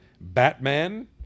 Batman